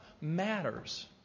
matters